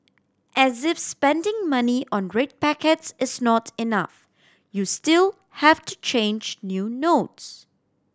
as if spending money on red packets is not enough you still have to change new notes